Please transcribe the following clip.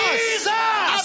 Jesus